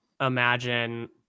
imagine